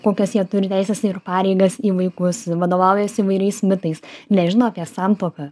kokias jie turi teises ir pareigas į vaikus vadovaujasi įvairiais mitais nežino apie santuoką